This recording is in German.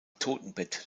totenbett